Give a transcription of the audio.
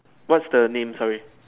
what's the name sorry